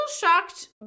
shocked